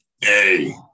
Hey